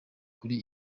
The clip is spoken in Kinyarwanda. kuri